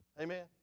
Amen